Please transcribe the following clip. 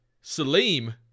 Salim